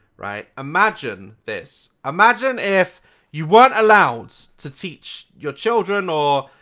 right? imagine this. imagine if you weren't allowed to teach your children or.